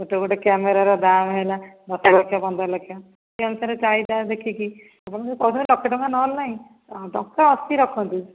ଗୋଟେ ଗୋଟେ କ୍ୟାମେରା ର ଦାମ୍ ହେଲା ଦଶ ଲକ୍ଷ ପନ୍ଦର ଲକ୍ଷ ସେ ଅନୁସାରେ ଚାହିଦା ଦେଖିକି ଆପଣ ଯଦି କହୁଛନ୍ତି ଲକ୍ଷେ ଟଙ୍କା ନହେଲେ ନାହିଁ ଟଙ୍କା ଅଶୀ ରଖନ୍ତୁ